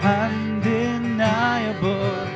undeniable